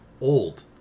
old